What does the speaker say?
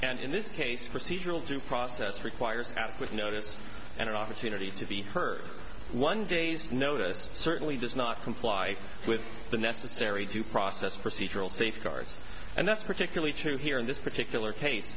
and in this case procedural due process requires adequate notice and an opportunity to be heard one day's notice certainly does not comply with the necessary due process for seadrill safeguards and that's particularly true here in this particular case